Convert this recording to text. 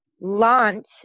launch